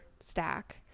stack